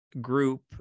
group